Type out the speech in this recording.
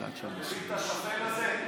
אתה מבין את השפל הזה?